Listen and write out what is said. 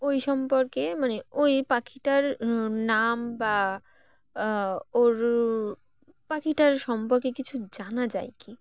ওই সম্পর্কে মানে ওই পাখিটার নাম বা ওর পাখিটার সম্পর্কে কিছু জানা যায় কি